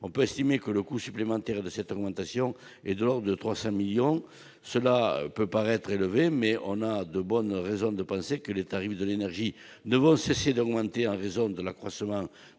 On peut estimer que le coût supplémentaire de cette augmentation est de l'ordre de 300 millions d'euros. Cela peut paraître élevé, mais nous avons de bonnes raisons de penser que les tarifs de l'énergie ne vont cesser d'augmenter, en raison de l'accroissement